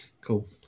cool